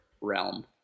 realm